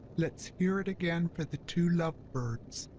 let's hear it again for the two love birds.